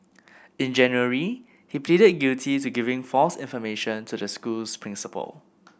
in January he pleaded guilty to giving false information to the school's principal